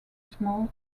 small